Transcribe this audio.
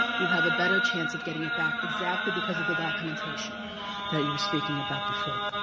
you have a better chance of getting it back exactly because of the documentation that you were speaking about before.